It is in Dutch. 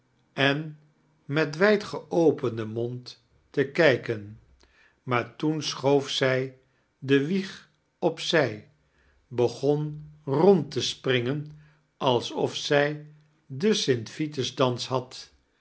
en met wijd geopenden mond te kijken maar toen schoof zij de wieg op zij begon rond te springen alsof zij den st vitusdans had